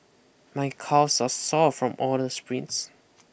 my calves are sore from all the sprints